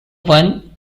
one